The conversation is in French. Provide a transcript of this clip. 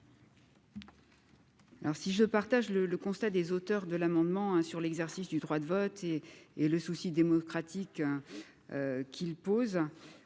si je partage le constat des auteurs de l'amendement sur l'exercice du droit de vote et et le souci démocratique qu'il pose,